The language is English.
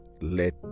let